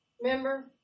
Remember